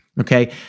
Okay